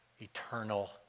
eternal